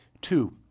Two